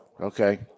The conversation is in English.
Okay